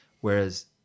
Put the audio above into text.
whereas